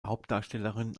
hauptdarstellerin